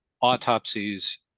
autopsies